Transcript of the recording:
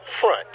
front